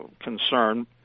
concern